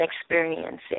experiencing